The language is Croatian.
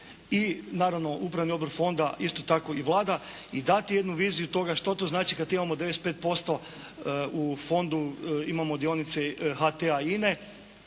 i naravno upravni odbor fonda, isto tako i Vlada i dati jednu viziju toga što to znači kad imamo 95% u fondu imamo dionice HT-a